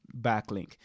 backlink